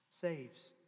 saves